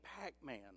Pac-Man